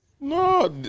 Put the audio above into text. No